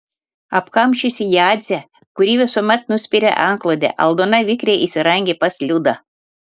apkamšiusi jadzę kuri visuomet nuspiria antklodę aldona vikriai įsirangę pas liudą